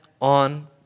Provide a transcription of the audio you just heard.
on